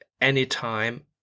anytime